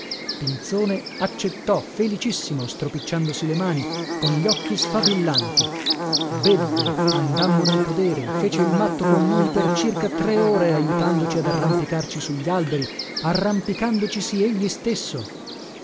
pinzone accettò felicissimo stropicciandosi le mani con gli occhi sfavillanti bevve andammo nel podere fece il matto con noi per circa tre ore ajutandoci ad arrampicarci su gli alberi arrampicandocisi egli stesso